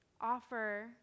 offer